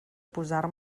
posar